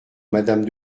madame